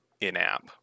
in-app